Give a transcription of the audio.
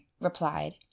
replied